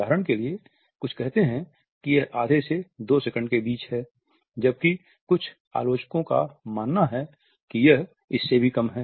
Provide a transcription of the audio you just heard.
उदाहरण के लिए कुछ कहते हैं कि यह आधे से 2 सेकंड के बीच है जबकि कुछ आलोचकों का मानना है कि यह इससे भी कम है